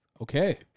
Okay